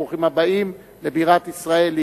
ברוכים הבאים לבירת ישראל,